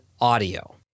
audio